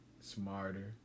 smarter